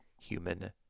human